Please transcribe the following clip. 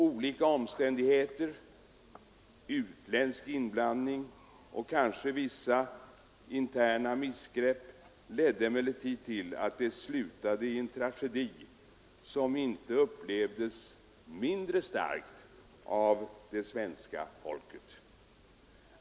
Olika omständigheter, utländsk inblandning och kanske vissa interna missgrepp, ledde emellertid till att det slutade i en tragedi som inte upplevdes mindre starkt av det svenska folket.